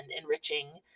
enriching